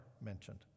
mentioned